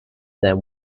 them